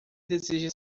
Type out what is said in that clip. deseja